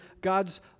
God's